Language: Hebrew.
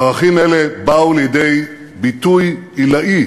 ערכים אלה באו לידי ביטוי עילאי